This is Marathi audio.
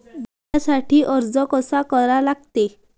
बिम्यासाठी अर्ज कसा करा लागते?